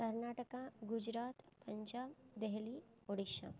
Karnataka Gujarat Punjab Delhi Odisha